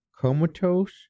comatose